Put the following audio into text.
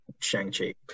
Shang-Chi